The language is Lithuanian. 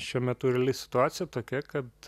šiuo metu reali situacija tokia kad